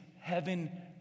heaven